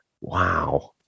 wow